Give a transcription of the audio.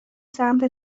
سمت